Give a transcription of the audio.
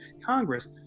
Congress